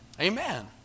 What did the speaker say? Amen